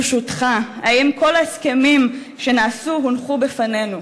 ברשותך: האם כל ההסכמים שנעשו הונחו בפנינו?